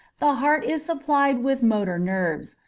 the heart is supplied with motor nerves,